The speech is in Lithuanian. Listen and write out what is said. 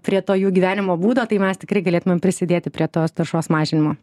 prie to jų gyvenimo būdo tai mes tikrai galėtumėm prisidėti prie tos taršos mažinimo